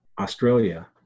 Australia